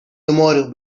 tomorrow